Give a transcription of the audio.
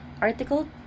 Article